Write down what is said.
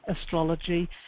astrology